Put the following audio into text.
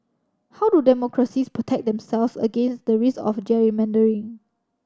how do democracies protect themselves against the risk of gerrymandering